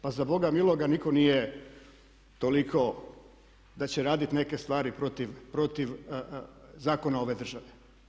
Pa za Boga miloga nitko nije toliko da će raditi neke stvari protiv Zakona ove države.